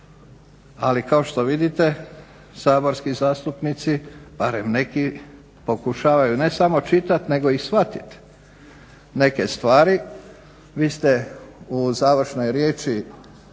Ali kao što vidite saborski zastupnici, barem neki pokušavaju ne samo čitati, nego i shvatiti neke stvari. Vi ste u završnoj riječi